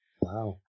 Wow